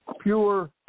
pure